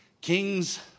king's